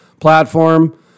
platform